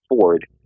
Ford